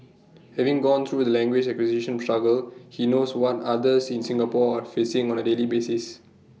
having gone through the language acquisition struggle he knows what others in Singapore facing on A daily basis